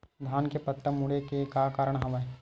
धान के पत्ता मुड़े के का कारण हवय?